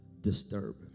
Disturb